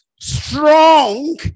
strong